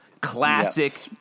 Classic